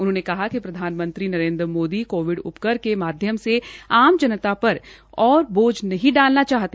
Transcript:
उन्होंने कहा कि प्रधानमंत्री नरेन्द्र मोदी कोविड उपकर के माध्यम से आम जनता पर ओर बोझ नहीं डालना चाहते